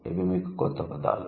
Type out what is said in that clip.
ఇవి మీకు కొత్త పదాలు